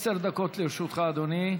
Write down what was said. עשר דקות לרשותך, אדוני.